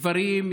גברים,